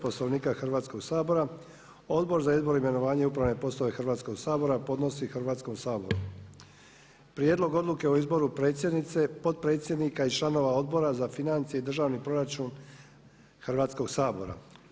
Poslovnika Hrvatskoga sabora Odbor za izbor, imenovanja i upravne poslova Hrvatskog sabora podnosi Hrvatskom saboru Prijedlog odluke o izboru predsjednice, potpredsjednika i članova Odbora za financije i državni proračun Hrvatskoga sabora.